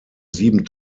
sieben